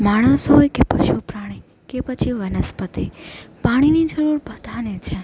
માણસ હોય કે પશુ પ્રાણી કે પછી વનસ્પતિ પાણીની જરૂર બધાને છે